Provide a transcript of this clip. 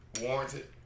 warranted